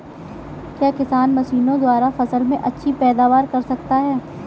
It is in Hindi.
क्या किसान मशीनों द्वारा फसल में अच्छी पैदावार कर सकता है?